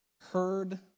heard